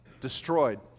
destroyed